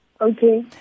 Okay